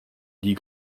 dit